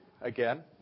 again